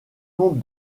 nombre